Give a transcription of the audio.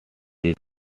this